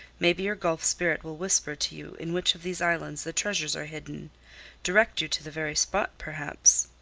maybe your gulf spirit will whisper to you in which of these islands the treasures are hidden direct you to the very spot, perhaps.